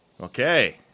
Okay